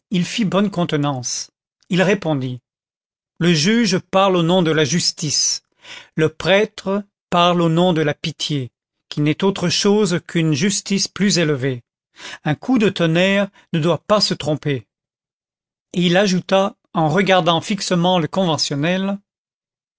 bonne contenance il répondit le juge parle au nom de la justice le prêtre parle au nom de la pitié qui n'est autre chose qu'une justice plus élevée un coup de tonnerre ne doit pas se tromper et il ajouta en regardant fixement le conventionnel